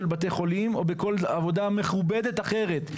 בתי חולים או בכל עבודה מכובדת אחרת,